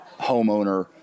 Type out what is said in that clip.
homeowner